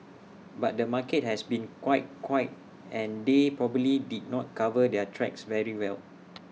but the market has been quite quiet and they probably did not cover their tracks very well